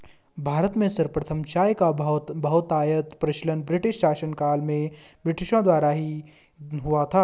भारत में सर्वप्रथम चाय का बहुतायत प्रचलन ब्रिटिश शासनकाल में ब्रिटिशों द्वारा ही हुआ था